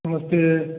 नमस्ते